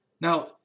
Now